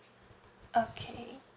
okay